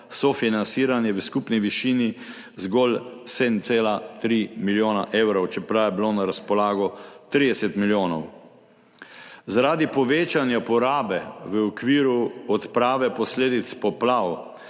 sofinanciranje v skupni višini zgolj 7,3 milijona evrov, čeprav je bilo na razpolago 30 milijonov. Zaradi povečanja porabe v okviru odprave posledic poplav,